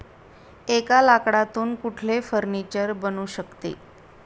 एका लाकडातून कुठले फर्निचर बनू शकते?